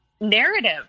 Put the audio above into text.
narrative